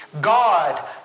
God